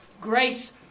Grace